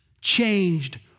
changed